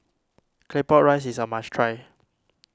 Claypot Rice is a must try